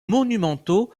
monumentaux